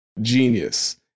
genius